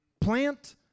Plant